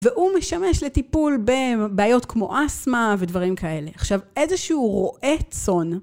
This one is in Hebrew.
והוא משמש לטיפול בעיות כמו אסמה ודברים כאלה. עכשיו, איזה שהוא רועה צאן.